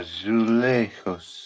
Azulejos